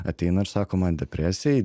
ateina ir sako man depresija